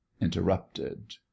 interrupted